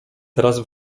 teraz